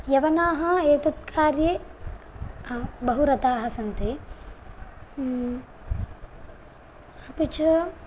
यवनाः एतत् कार्ये बहु रताः सन्ति अपि च